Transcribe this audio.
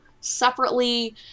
separately